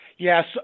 Yes